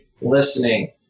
listening